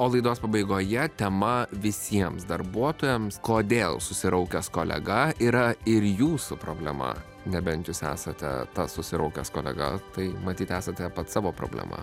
o laidos pabaigoje tema visiems darbuotojams kodėl susiraukęs kolega yra ir jūsų problema nebent jūs esate tas susiraukęs kolega tai matyt esate pats savo problema